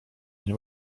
nie